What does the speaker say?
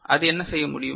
அது என்ன செய்யும்